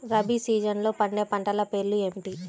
రబీ సీజన్లో పండే పంటల పేర్లు ఏమిటి?